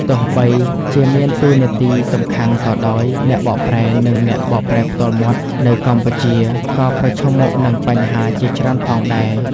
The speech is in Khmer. ទោះបីជាមានតួនាទីសំខាន់ក៏ដោយ អ្នកបកប្រែ និងអ្នកបកប្រែផ្ទាល់មាត់នៅកម្ពុជាក៏ប្រឈមមុខនឹងបញ្ហាជាច្រើនផងដែរ។